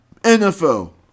NFL